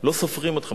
לא סופרים אתכם.